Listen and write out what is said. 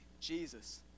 Jesus